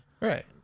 Right